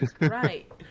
right